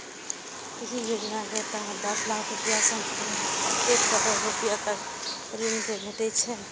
एहि योजना के तहत दस लाख रुपैया सं लए कए एक करोड़ रुपैया तक के ऋण भेटै छै